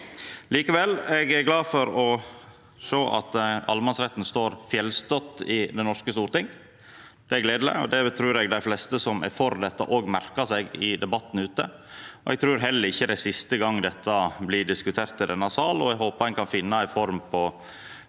Likevel er eg glad for å sjå at allemannsretten står fjellstøtt i det norske storting, det er gledeleg, og det trur eg dei fleste som er for dette, merkar seg i debatten. Eg trur heller ikkje det er siste gongen dette blir diskutert i denne sal. Eg håpar ein kan finna ei form på